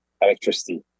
electricity